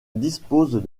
disposent